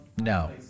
No